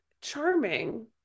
charming